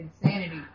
insanity